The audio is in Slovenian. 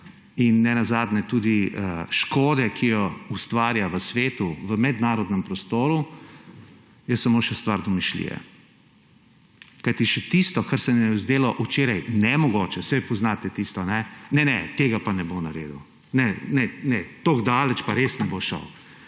in ne nazadnje tudi škode, ki jo ustvarja v svetu, v mednarodnem prostoru, je samo še stvar domišljije. Kajti tisto, kar se nam je zdelo še včeraj nemogoče – saj poznate tisto, »ne ne, tega pa ne bo naredil«, »ne ne, tako daleč pa res ne bo šel«,